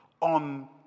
on